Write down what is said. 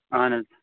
اہن حظ